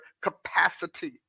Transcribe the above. capacity